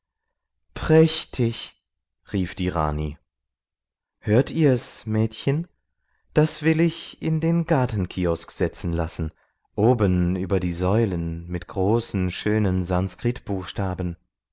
prächtig rief die rani hört ihr's mädchen das will ich in den gartenkiosk setzen lassen oben über die säulen mit großen schönen